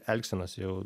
elgsenos jau